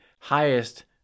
highest